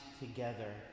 together